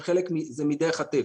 זו דרך הטבע.